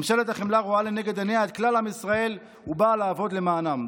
ממשלת החמלה רואה לנגד עיניה את כלל עם ישראל ובאה לעבוד למענם.